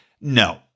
No